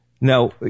Now